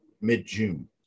mid-June